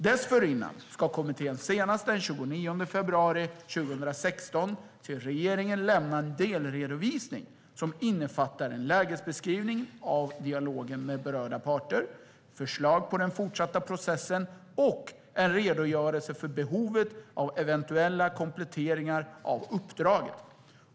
Dessförinnan ska kommittén senast den 29 februari 2016 till regeringen lämna en delredovisning som innefattar en lägesbeskrivning av dialogen med berörda parter, förslag på den fortsatta processen och en redogörelse för behovet av eventuella kompletteringar av uppdraget.